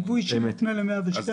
ייבוא אישי מפנה לסעיף